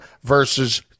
versus